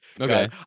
okay